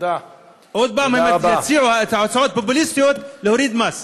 עוד פעם יציעו את ההצעות הפופוליסטיות להוריד מס.